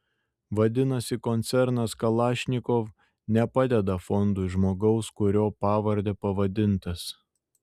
vadinasi koncernas kalašnikov nepadeda fondui žmogaus kurio pavarde pavadintas